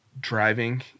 driving